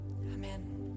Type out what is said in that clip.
Amen